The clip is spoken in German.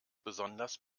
besonders